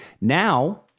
Now